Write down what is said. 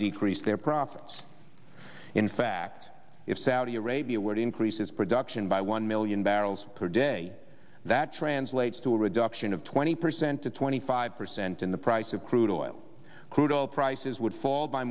decrease their profits in fact if saudi arabia where to increase its production by one million barrels per day that translates to a reduction of twenty percent to twenty five percent in the price of crude oil crude oil prices would fall by